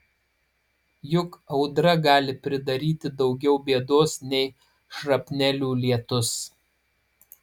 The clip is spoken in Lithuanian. juk audra gali pridaryti daugiau bėdos nei šrapnelių lietus